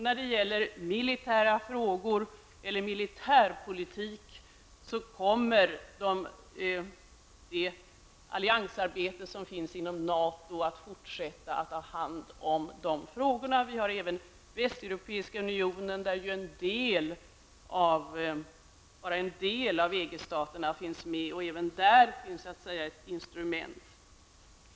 När det gäller militära frågor eller militärpolitik kommer det alliansarbete som bedrivs inom Nato att fortsätta att ta hand om de frågorna. Vi har även den västeuropeiska unionen där bara en del av EG staterna är med. Även där finns ett instrument.